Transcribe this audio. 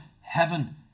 Heaven